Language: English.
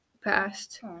passed